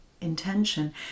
intention